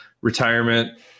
retirement